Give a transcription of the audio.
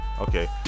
Okay